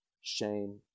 shame